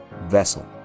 Vessel